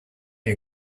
you